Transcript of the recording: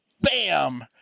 bam